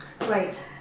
right